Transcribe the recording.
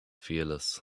fearless